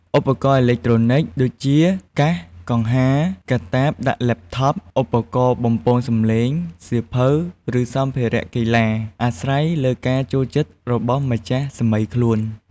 ឧបករណ៍អេឡិចត្រូនិកដូចជា កាស កង្ហា កាតាបដាក់ laptop ឧបករណ៍បំពងសម្លេង សៀវភៅ ឬសម្ភារៈកីឡា: អាស្រ័យលើការចូលចិត្តរបស់ម្ចាស់សាមីខ្លួន។